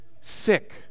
sick